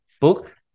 book